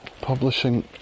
publishing